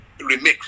remix